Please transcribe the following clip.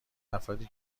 افرادی